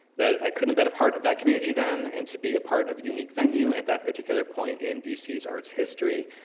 that i couldn't have been a part of that community then, and to be a part of a unique venue at that particular point in dc's arts history.